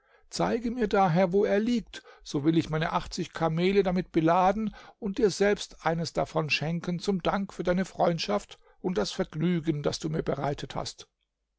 zeige mir daher wo er liegt so will ich meine achtzig kamele damit beladen und dir selbst eines davon schenken zum dank für deine freundschaft und das vergnügen das du mir bereitet hast